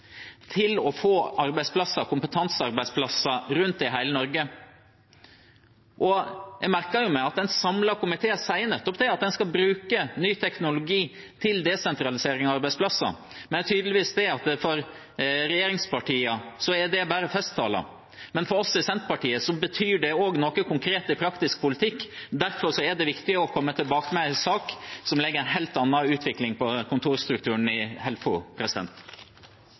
til å få kompetansearbeidsplasser rundt i hele Norge. Jeg merker meg at en samlet komité sier nettopp det, at en skal bruke ny teknologi til desentralisering av arbeidsplasser. Men det er for regjeringspartiene tydeligvis bare festtaler. For oss i Senterpartiet betyr det også noe konkret i praktisk politikk. Derfor er det viktig å komme tilbake med en sak som legger opp til en helt annen utvikling av kontorstrukturen i Helfo.